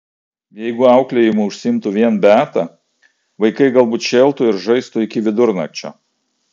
jeigu auklėjimu užsiimtų vien beata vaikai galbūt šėltų ir žaistų iki vidurnakčio